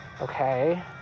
Okay